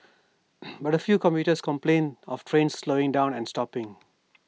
but A few commuters complained of trains slowing down and stopping